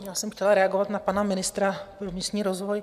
Já jsem chtěla reagovat na pana ministra pro místní rozvoj.